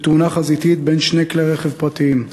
בתאונה חזיתית בין שני כלי-רכב פרטיים,